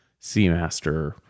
Seamaster